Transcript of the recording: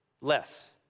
Less